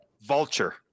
Vulture